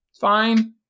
fine